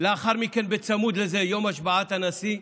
לאחר מכן, צמוד לזה, יום השבעת הנשיא,